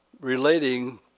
relating